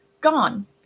gone